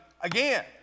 again